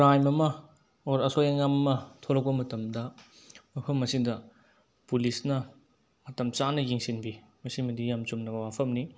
crime ꯑꯃ ꯑꯣꯔ ꯑꯁꯣꯏ ꯑꯉꯥꯝ ꯑꯃ ꯊꯣꯛꯂꯛꯄ ꯃꯇꯝꯗ ꯃꯐꯝ ꯑꯁꯤꯗ ꯄꯨꯂꯤꯁꯅ ꯃꯇꯝ ꯆꯥꯅ ꯌꯦꯡꯁꯤꯟꯕꯤ ꯃꯁꯤꯃꯗꯤ ꯌꯥꯝ ꯆꯨꯝꯂꯕ ꯋꯥꯐꯝꯅꯤ